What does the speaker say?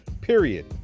Period